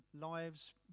lives